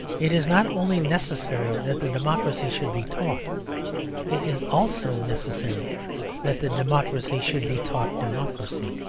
it is not only necessary that the democracy should be taught it is also necessary that the democracy should be taught democracy.